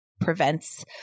prevents